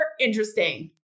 interesting